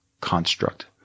construct